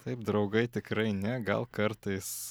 taip draugai tikrai ne gal kartais